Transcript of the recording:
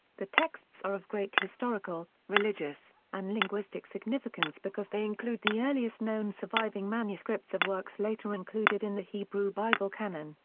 the texts are of great historical, religious, and linguistic significance because they include the earliest known surviving manuscripts of works later included in the hebrew bible canon,